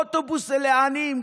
אוטובוס הוא לעניים.